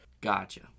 Gotcha